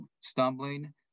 stumbling